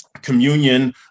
communion